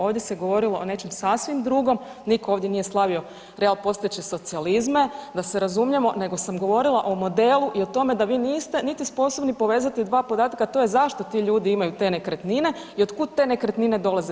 Ovdje se govorilo o nečem sasvim drugom, nitko ovdje nije slavio real postojeće socijalizme, da se razumijemo, nego sam govorila o modelu i o tome da vi niste niti sposobni povezati dva podatka a to je zašto ti ljudi imaju te nekretnine i od kud te nekretnine dolaze.